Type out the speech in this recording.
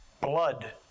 blood